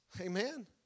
Amen